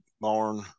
barn